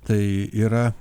tai yra